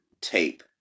tape